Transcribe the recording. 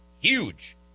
huge